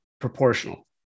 proportional